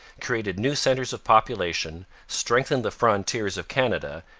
created new centres of population, strengthened the frontiers of canada,